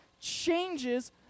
changes